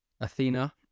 Athena